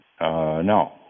No